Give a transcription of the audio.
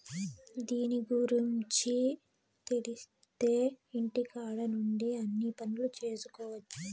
దీని గురుంచి తెలిత్తే ఇంటికాడ నుండే అన్ని పనులు చేసుకొవచ్చు